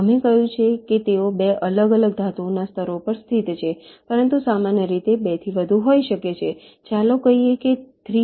અમે કહ્યું કે તેઓ 2 અલગ અલગ ધાતુના સ્તરો પર સ્થિત છે પરંતુ સામાન્ય રીતે 2 થી વધુ હોઈ શકે છે ચાલો કહીએ કે 3